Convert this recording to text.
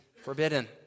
forbidden